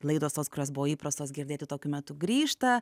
laidos tos kurios buvo įprastos girdėti tokiu metu grįžta